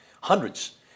hundreds